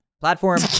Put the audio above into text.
platform